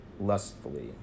lustfully